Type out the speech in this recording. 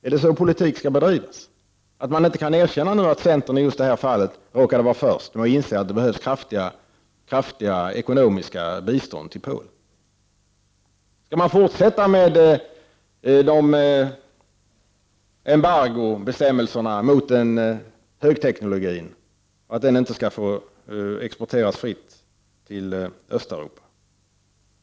Är det så politik skall bedrivas — att man inte nu kan erkänna att centern i just det här fallet var först med att inse att det behövs kraftigt ekonomiskt bistånd till Polen? Skall man fortsätta med de embargobestämmelser som innebär att högteknologin inte skall få exporteras fritt till Östeuropa?